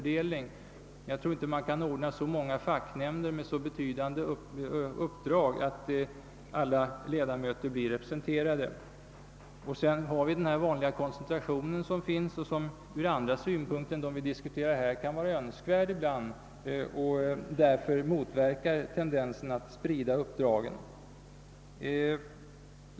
Dels kan man knappast ordna så många facknämnder med någorlunda betydande arbetsuppgifter att alla ledamöter kan beredas plats, dels får man räkna med den vanliga tendensen till koncentration av uppdragen, vilken ur andra synpunkter än de vi här diskuterar ibland kan vara önskvärd.